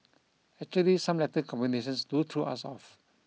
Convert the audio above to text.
actually some letter combinations do to us off